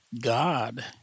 God